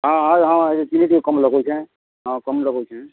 ହଁ ଏ ହଁ ଏଠି ଚିନି ଟିକେ କମ୍ ଲଗାଉଛେଁ ହଁ କମ୍ ଲଗାଉଛେଁ